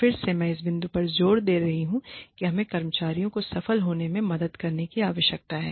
फिर से मैं इस बिंदु पर जोर दे रहा हूं कि हमें कर्मचारियों को सफल होने में मदद करने की आवश्यकता है